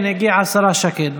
כן, הגיעה השרה שקד.